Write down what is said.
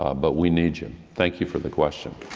um but we need you. thank you for the question.